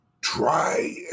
Try